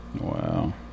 Wow